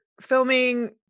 filming